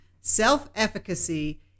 Self-efficacy